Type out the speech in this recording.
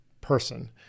person